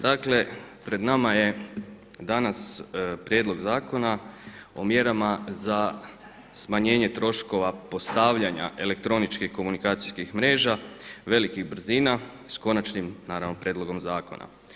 Dakle, pred nama je danas prijedlog zakona o mjerama za smanjenje troškova postavljanja elektroničkih komunikacijskih mreža velikih brzina s konačnim naravno prijedlogom zakona.